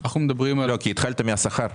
כי התחלת מהשכר.